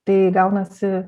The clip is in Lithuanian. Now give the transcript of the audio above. tai gaunasi